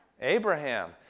Abraham